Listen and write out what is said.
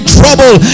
trouble